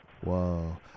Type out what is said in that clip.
Whoa